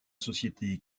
société